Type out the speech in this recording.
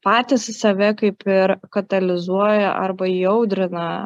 patys save kaip ir katalizuoja arba įaudrina